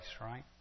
right